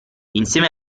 insieme